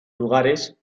lugares